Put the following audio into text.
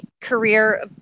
career